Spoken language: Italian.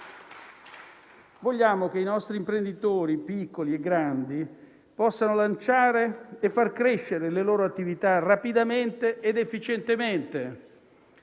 Vogliamo che i nostri imprenditori, piccoli e grandi, possano lanciare e far crescere le loro attività rapidamente ed efficientemente.